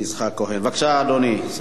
בבקשה, אדוני סגן השר.